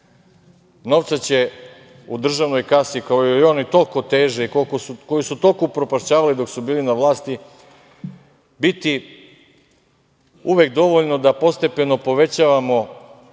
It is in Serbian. Novca će u državnoj kasi, kojoj oni toliko teže, koji su toliko upropašćavali dok su bili na vlasti, biti uvek dovoljno da postepeno povećavamo